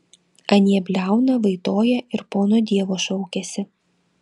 anie bliauna vaitoja ir pono dievo šaukiasi